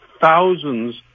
thousands